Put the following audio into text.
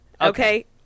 okay